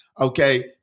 okay